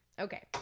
Okay